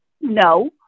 No